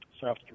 South